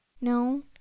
no